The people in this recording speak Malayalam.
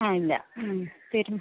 ആ ഇല്ല തരും